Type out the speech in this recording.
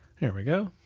here we go,